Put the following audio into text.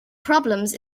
problems